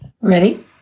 Ready